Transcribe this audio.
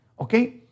Okay